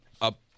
up